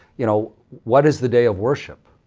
you know what is the day of worship?